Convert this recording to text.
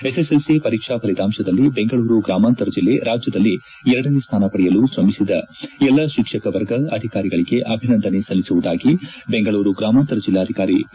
SSLC ಪರೀಕ್ಷಾ ಫಲಿತಾಂತದಲ್ಲಿ ಬೆಂಗಳೂರು ಗ್ರಾಮಾಂತರ ಜಿಲ್ಲೆ ರಾಜ್ಯದಲ್ಲಿ ಎರಡನೇ ಸ್ಥಾನ ಪಡೆಯಲು ತ್ರಮಿಸಿದ ಎಲ್ಲಾ ಶಿಕ್ಷಕ ವರ್ಗ ಅಧಿಕಾರಿಗಳಿಗೆ ಅಭಿನಂದನೆ ಸಲ್ಲಿಸುವುದಾಗಿ ಬೆಂಗಳೂರು ಗ್ರಾಮಾಂತರ ಜೆಲ್ಲಾಧಿಕಾರಿ ಪಿ